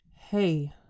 Hey